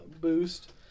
boost